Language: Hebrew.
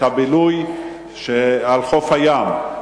לבילוי על חוף הים.